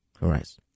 right